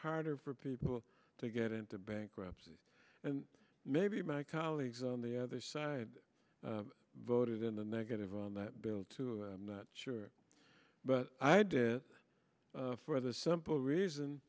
harder for people to get into bankruptcy and maybe my colleagues on the other side voted in the negative on that bill too not sure but i did it for the simple reason